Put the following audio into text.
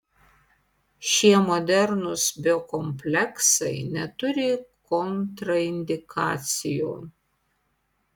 šie modernūs biokompleksai neturi kontraindikacijų